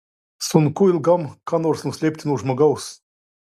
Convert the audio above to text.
sunku ilgam ką nors nuslėpti nuo žmogaus